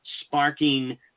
sparking